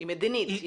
היא מדינית.